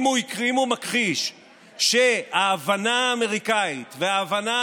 אם הוא מכחיש שההבנה האמריקאית וההבנה